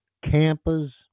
campers